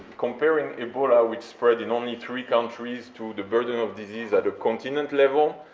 comparing ebola, which spread in only three countries to the burden of disease at a continent level,